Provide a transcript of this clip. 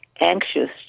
anxious